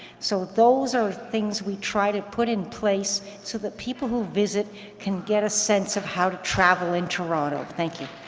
so those are things we try to put in place so that people who visit can get a sense of how to travel in toronto. thank you.